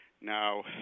Now